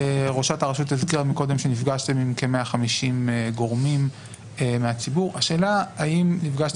ראשת הרשות הזכירה קודם שנפגשתם עם כ-150 גורמים מציבור המדווחים.